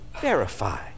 verify